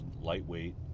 lightweight